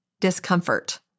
discomfort